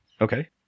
Okay